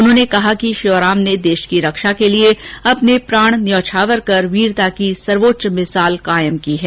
उन्होंने कहा कि श्योराम ने देश की रक्षा के लिए अपने प्राण न्यौछावर कर वीरता की सर्वोच्च मिसाल कायम की है